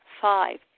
Five